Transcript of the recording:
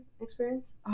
experience